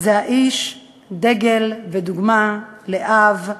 זה האיש דגל ודוגמה לאב,